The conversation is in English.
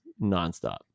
nonstop